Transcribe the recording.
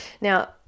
Now